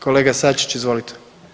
Kolega Sačić, izvolite.